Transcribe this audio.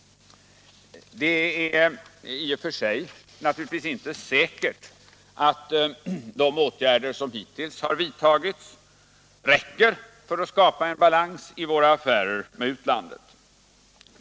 I och för sig är det naturligtvis inte säkert att de åtgärder som hittills har vidtagits räcker för att skapa en balans i våra affärer med utlandet.